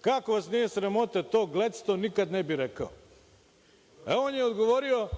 kako vas nije sramota to Gledston nikad ne bi rekao, a on je odgovorio –